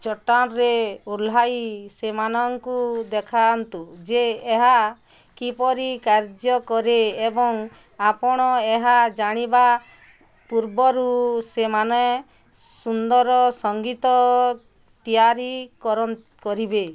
ଚଟାଣରେ ଓହ୍ଲାଇ ସେମାନଙ୍କୁ ଦେଖାନ୍ତୁ ଯେ ଏହା କିପରି କାର୍ଯ୍ୟ କରେ ଏବଂ ଆପଣ ଏହା ଜାଣିବା ପୂର୍ବରୁ ସେମାନେ ସୁନ୍ଦର ସଂଗୀତ ତିଆରି କରିବେ